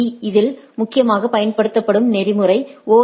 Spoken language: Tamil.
பீ இதில் முக்கியமாக பயன்படுத்தப்படும் நெறிமுறை ஓ